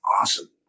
awesome